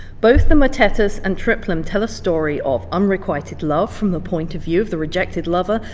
both the motetus and triplum tell a story of unrequited love from the point of view of the rejected lover,